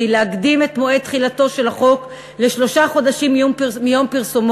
להקדים את מועד תחילתו של החוק לשלושה חודשים מיום פרסומו,